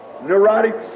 neurotics